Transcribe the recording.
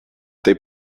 they